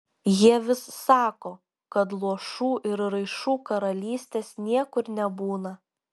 jie vis sako kad luošų ir raišų karalystės niekur nebūna